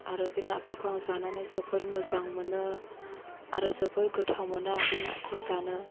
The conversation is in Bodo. आरो बे नाफोरखौ आं जानानै जोबोर मोजां मोनो आरो जोबोर गोथाव मोनो आं बे नाखौ जानो